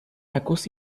recurso